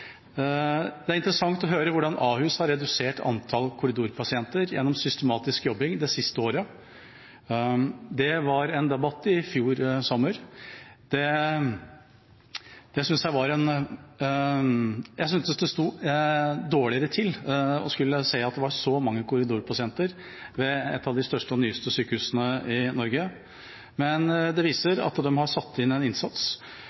Det er interessant å høre hvordan Ahus har redusert antallet korridorpasienter gjennom systematisk jobbing det siste året. Det var en debatt i fjor sommer. Jeg syntes det sto dårlig til når det var så mange korridorpasienter ved et av de største og nyeste sykehusene i Norge, men det viser seg at de har gjort en innsats.